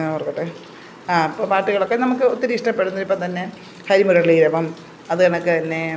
ഓർക്കട്ടെ ആ അപ്പോൾ പാട്ടുകളൊക്കെ നമ്മൾക്ക് ഒത്തിരി ഇഷ്ടപ്പെടുന്നു ഇപ്പോൾ തന്നെ ഹരിമുരളീരവം അത് കണക്ക് തന്നെ